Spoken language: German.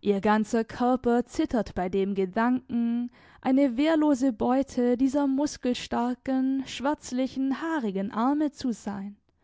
ihr ganzer körper zittert bei dem gedanken eine wehrlose beute dieser muskelstarken schwärzlichen haarigen arme zu sein